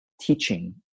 teaching